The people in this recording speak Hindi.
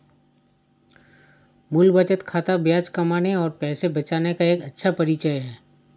मूल बचत खाता ब्याज कमाने और पैसे बचाने का एक अच्छा परिचय है